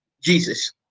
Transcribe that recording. Jesus